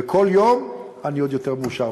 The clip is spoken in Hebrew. וכל יום אני עוד יותר מאושר,